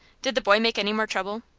did the boy make any more trouble?